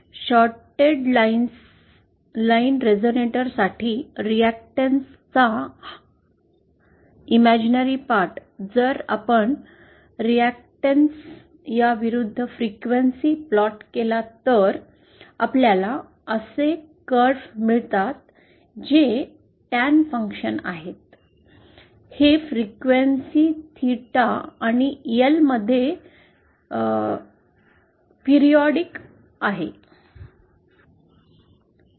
shorted line रेझोनेटरसाठी reactance चा imaginary part जर आपण रिअॅक्टॅन्स या विरुद्ध फ्रिक्वेन्सी प्लॉट केला तर आपल्याला असे कर्व मिळते जे टॅन फंक्शन आहे आणि हे फ्रिक्वेन्सी थेटा आणि एल मध्ये पिरिऑडिक आहे